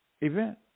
event